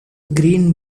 green